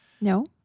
No